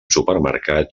supermercat